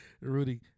Rudy